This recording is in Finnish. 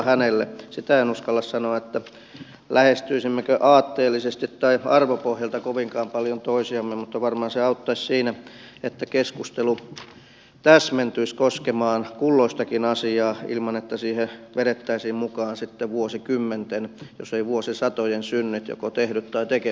sitä en uskalla sanoa lähestyisimmekö aatteellisesti tai arvopohjalta kovinkaan paljon toisiamme mutta varmaan se auttaisi siinä että keskustelu täsmentyisi koskemaan kulloistakin asiaa ilman että siihen vedettäisiin mukaan vuosikymmenten jos ei vuosisatojen synnit joko tehdyt tai tekemättömät